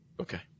Okay